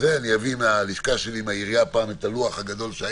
בלשכה שלי בעירייה היה לי